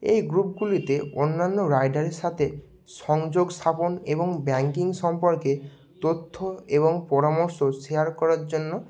এই গ্রুপগুলিতে অন্যান্য রাইডারের সাথে সংযোগ স্থাপন এবং ব্যাঙ্কিং সম্পর্কে তথ্য এবং পরামর্শ শেয়ার করার জন্য